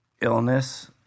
illness